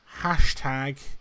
hashtag